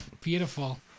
beautiful